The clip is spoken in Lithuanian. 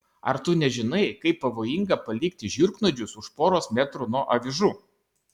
ar tu nežinai kaip pavojinga palikti žiurknuodžius už poros metrų nuo avižų